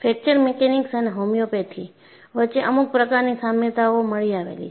fracture mechanics અને homeopathy વચ્ચે અમુક પ્રકારની સામ્યતાઓ મળી આવેલી છે